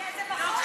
כי זה בחוק.